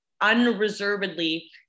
unreservedly